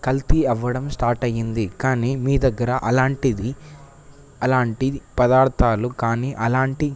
కల్తీ అవ్వడం స్టార్ట్ అయ్యింది కానీ మీ దగ్గర అలాంటిది అలాంటి పదార్థాలు కానీ అలాంటి